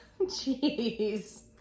Jeez